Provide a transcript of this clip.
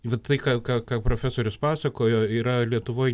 vat tai ką ką ką profesorius pasakojo yra lietuvoj